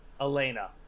Elena